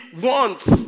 wants